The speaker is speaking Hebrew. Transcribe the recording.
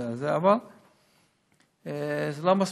אבל זה לא מספיק.